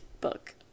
book